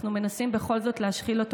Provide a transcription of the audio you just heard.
אנחנו מנסים בכל זאת להשחיל אותו,